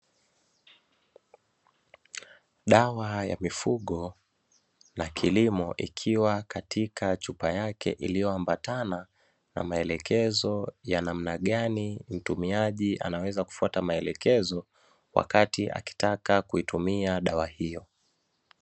Dawa ya mifugo na kilimo ikiwa katika chupa yake iliyoambatana na maelekezo ya namna gani mtumiaji anaweza kufata maelekezo, wakati akitaka kuitumia dawa hiyo.